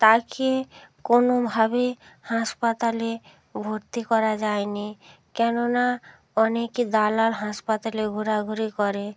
তাকে কোনোভাবে হাসপাতালে ভর্তি করা যায়নি কেননা অনেকে দালাল হাসপাতালে ঘোরাঘুরি করে